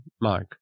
Mike